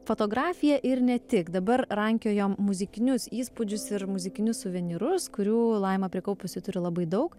fotografiją ir ne tik dabar rankiojom muzikinius įspūdžius ir muzikinius suvenyrus kurių laima prikaupusi turi labai daug